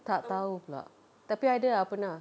tak tahu pula tapi ada ah pernah